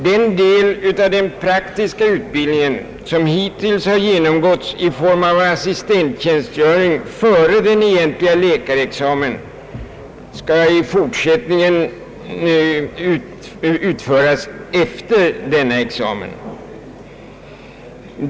Den del av den praktiska utbildningen som hittills genomgåtts i form av assistenttjänstgöring före den egentliga läkarexamen skall i fortsättningen göras efter denna examen.